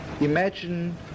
Imagine